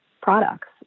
products